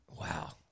Wow